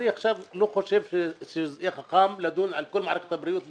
אני עכשיו לא חושב שזה יהיה חכם לדון על כל מערכת הבריאות בכלל.